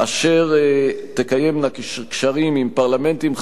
אשר תקיימנה קשרים עם פרלמנטים,